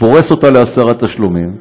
פורס אותה לעשרה תשלומים,